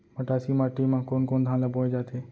मटासी माटी मा कोन कोन धान ला बोये जाथे?